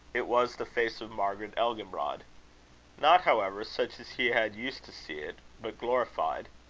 it was the face of margaret elginbrod not, however, such as he had used to see it but glorified.